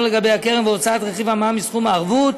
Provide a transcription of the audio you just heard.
לגבי הקרן והוצאת רכיב המע"מ מסכום הערבות